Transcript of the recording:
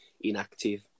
Inactive